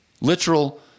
literal